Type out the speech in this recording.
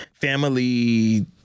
family